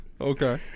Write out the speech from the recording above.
Okay